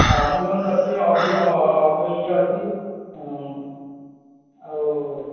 ଅଭିମନ୍ୟୁ ଅଛି ଇଏ ଅଛି ଆଉ